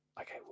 okay